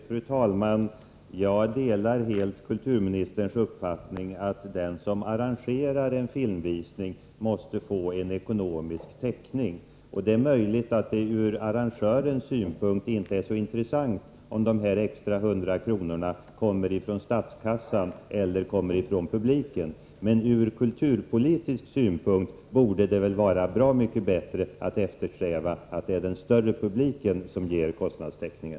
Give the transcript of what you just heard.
Fru talman! Jag delar helt kulturministerns uppfattning att den som arrangerar en filmvisning måste få ekonomisk täckning. Det är möjligt att det från arrangörens synpunkt inte är så intressant om de extra hundra kronorna kommer från statskassan eller från publiken, men från kulturpolitisk synpunkt borde det väl vara bra mycket bättre om det är den större publiken som ger kostnadstäckningen.